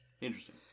Interesting